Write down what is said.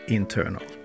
internal